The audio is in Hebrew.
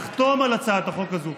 לחתום על הצעת החוק הזו.